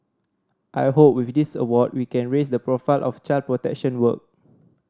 I hope with this award we can raise the profile of child protection work